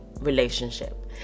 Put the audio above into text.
relationship